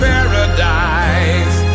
Paradise